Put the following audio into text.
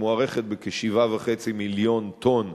שמוערכת ב-7.5 מיליון טונות